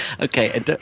okay